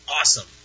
awesome